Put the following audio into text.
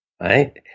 right